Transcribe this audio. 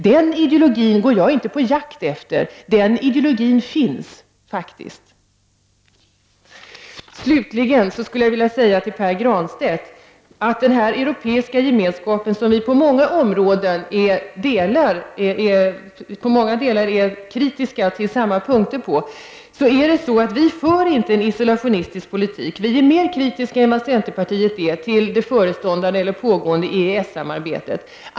Den ideologin går jag inte på jakt efter. Den finns. Slutligen skulle jag vilja säga något till Pär Granstedt när det gäller den Europeiska gemenskapen, där vi till stor del är kritiska på samma punkter. Vi för inte en isolationistisk politik. Vi är mer kritiska än centerpartiet till det förestående eller pågående EES-samarbetet.